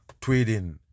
tweeting